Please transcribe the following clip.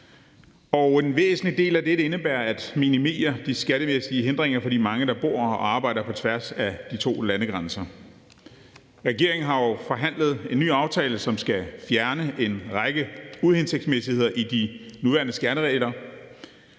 En væsentlig del af dette indebærer at minimere de skattemæssige hindringer for de mange, der bor og arbejder på tværs af de to landes grænse. Regeringen har jo forhandlet en ny aftale på plads, som skal fjerne en række uhensigtsmæssigheder i de nuværende skatteregler.